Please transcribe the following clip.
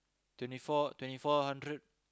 twenty four twenty four hundred